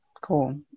Cool